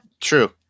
True